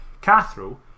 Cathro